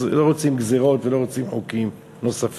אז לא רוצים גזירות ולא רוצים חוקים נוספים,